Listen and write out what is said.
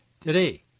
Today